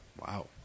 Wow